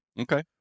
Okay